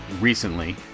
recently